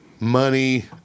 Money